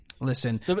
listen